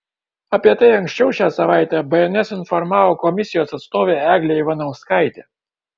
apie tai anksčiau šią savaitę bns informavo komisijos atstovė eglė ivanauskaitė